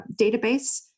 database